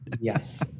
yes